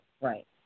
right